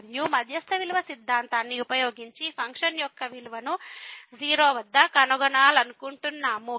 మరియు మధ్యస్థ విలువ సిద్ధాంతాన్ని ఉపయోగించి ఫంక్షన్ యొక్క విలువను 0 వద్ద కనుగొనాలనుకుంటున్నాము